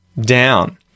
down